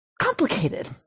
complicated